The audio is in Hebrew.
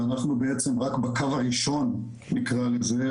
ואנחנו בעצם רק בקו הראשון כך נקרא לזה,